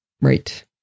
Right